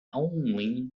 only